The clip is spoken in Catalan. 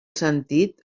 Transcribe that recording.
sentit